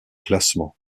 classement